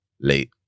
late